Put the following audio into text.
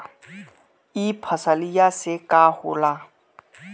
ई फसलिया से का होला?